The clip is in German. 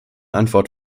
antwort